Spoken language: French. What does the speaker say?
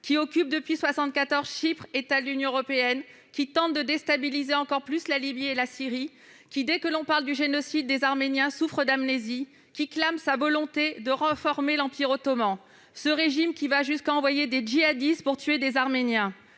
qui occupe depuis 1974 Chypre, État de l'Union européenne, tente de déstabiliser encore plus la Libye et la Syrie, souffre d'amnésie dès que l'on parle du génocide des Arméniens et clame sa volonté de reformer l'Empire ottoman, Erdogan dont le régime va jusqu'à envoyer des djihadistes pour tuer des Arméniens